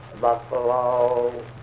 Buffalo